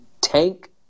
tank